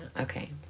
okay